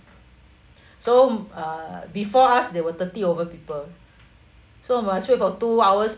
so mm uh before us there were thirty over people so must wait for two hours